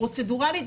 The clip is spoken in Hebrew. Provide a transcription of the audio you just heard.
פרוצדורלית,